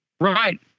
Right